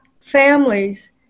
families